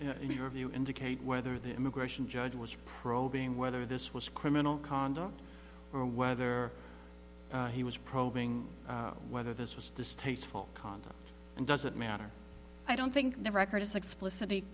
interview indicate whether the immigration judge was probing whether this was criminal conduct or whether he was probing whether this was distasteful conduct and does it matter i don't think the record is explicit